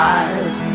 eyes